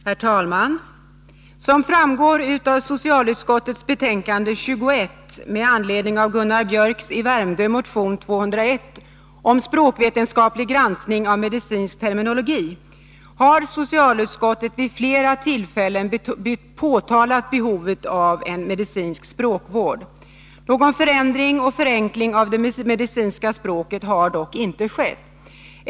Herr talman! Som framgår av socialutskottets betänkande 1982/83:21 med anledning av motion 201 av Gunnar Biörck i Värmdö om språkvetenskaplig granskning av medicinsk terminologi har socialutskottet vid flera tillfällen framhållit behovet av medicinsk språkvård. Någon förändring och förenkling av det medicinska språket har dock inte skett.